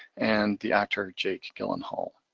and the actor jake gyllenhaal.